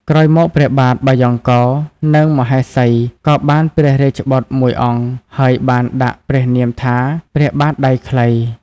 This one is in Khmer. ក្រោយមកព្រះបាទបាយ៉ង់កោរ និងមហេសីក៏បានព្រះរាជបុត្រមួយអង្គ ហើយបានដាក់ព្រះនាមថាព្រះបាទដៃខ្លី។